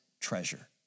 treasure